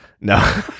No